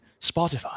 Spotify